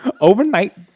overnight